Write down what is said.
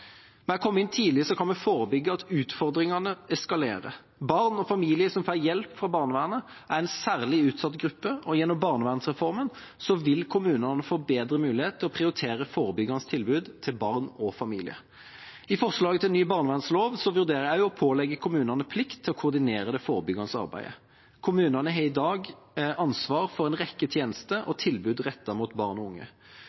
inn tidlig kan vi forebygge at utfordringene eskalerer. Barn og familier som får hjelp fra barnevernet, er en særlig utsatt gruppe, og gjennom barnevernsreformen vil kommunene få bedre mulighet til å prioritere forebyggende tilbud til barn og familier. I forslaget til ny barnevernlov vurderer jeg også å pålegge kommunene en plikt til å koordinere det forebyggende arbeidet. Kommunene har i dag ansvar for en rekke tjenester og